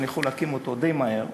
כי אני יכול להקים אותו די מהר,